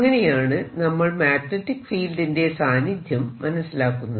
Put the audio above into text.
അങ്ങനെയാണ് നമ്മൾ മാഗ്നെറ്റിക് ഫീൽഡിന്റെ സാന്നിധ്യം മനസിലാക്കുന്നത്